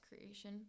creation